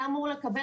היה אמור לקבל